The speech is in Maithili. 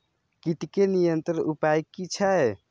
कीटके नियंत्रण उपाय कि छै?